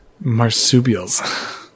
Marsupials